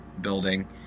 building